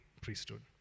priesthood